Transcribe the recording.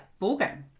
ballgame